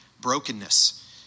brokenness